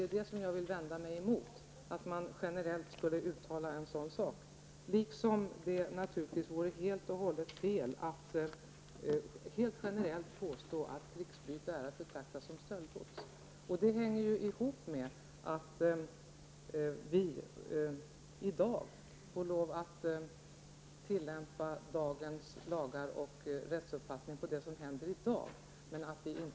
Att man generellt skulle uttala en sådan sak är något som jag vill vända mig emot. Likaså är det helt och hållet fel att generellt påstå att krigsbyte är att betrakta som stöldgods. Detta hänger samman med att vi i dag får lov att tillämpa de lagar och den rättsuppfattning som gäller i dag på det som sker i dag.